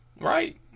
right